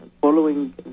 following